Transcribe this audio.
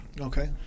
Okay